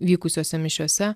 vykusiose mišiose